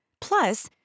Plus